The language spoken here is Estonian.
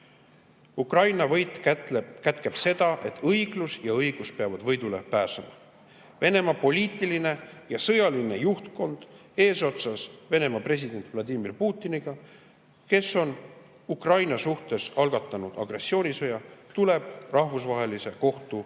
tuua. Ukraina võit kätkeb seda, et õiglus ja õigus peavad võidule pääsema. Venemaa poliitiline ja sõjaline juhtkond eesotsas Venemaa presidendi Vladimir Putiniga, kes on Ukraina suhtes algatanud agressioonisõja, tuleb rahvusvahelise kohtu